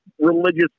religious